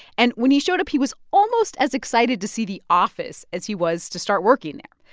and when he showed up, he was almost as excited to see the office as he was to start working there.